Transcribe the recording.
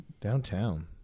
Downtown